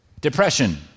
depression